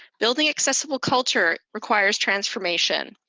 building accessible culture requires transformation,